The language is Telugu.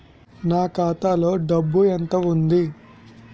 నా ఖాతాలో డబ్బు ఎంత ఉంది?